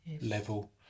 level